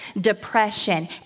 depression